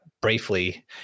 briefly